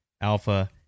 Alpha